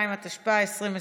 2), התשפ"א 2020,